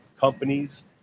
companies